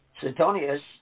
Suetonius